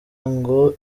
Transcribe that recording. ngo